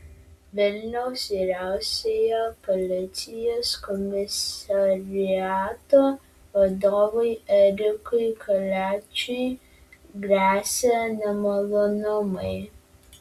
vilniaus vyriausiojo policijos komisariato vadovui erikui kaliačiui gresia nemalonumai